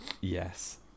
Yes